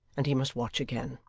and he must watch again.